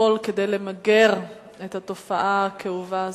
הכול כדי למגר את התופעה הכאובה הזאת.